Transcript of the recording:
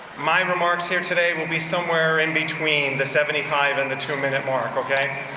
my remarks here today will be somewhere in between the seventy five and the two minute mark, okay.